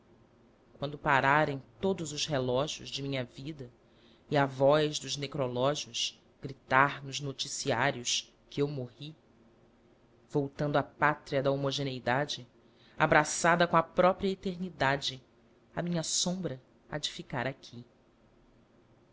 quando pararem todos os relógios de minha vida e a voz dos necrológios gritar nos noticiários que eu morri voltando à pátria da homogeneidade abraçada com a própria eternidade a minha sombra há de ficar aqui